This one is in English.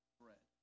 bread